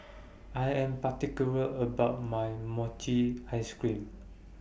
I Am particular about My Mochi Ice Cream